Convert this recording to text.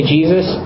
Jesus